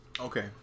Okay